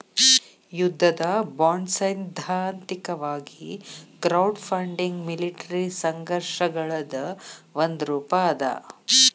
ಯುದ್ಧದ ಬಾಂಡ್ಸೈದ್ಧಾಂತಿಕವಾಗಿ crowdfunding military ಸಂಘರ್ಷಗಳದ್ ಒಂದ ರೂಪಾ ಅದ